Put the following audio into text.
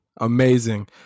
amazing